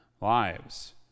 lives